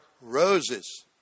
Roses